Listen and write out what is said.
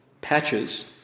patches